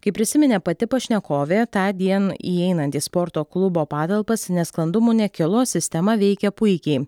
kaip prisiminė pati pašnekovė tądien įeinant į sporto klubo patalpas nesklandumų nekilo sistema veikė puikiai